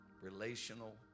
relational